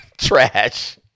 Trash